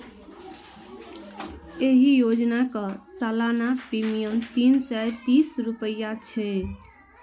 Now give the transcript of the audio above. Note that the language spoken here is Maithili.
एहि योजनाक सालाना प्रीमियम तीन सय तीस रुपैया छै